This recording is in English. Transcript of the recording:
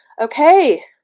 okay